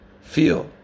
feel